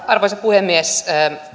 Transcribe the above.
arvoisa puhemies